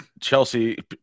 Chelsea